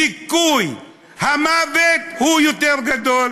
סיכוי המוות הוא יותר גדול?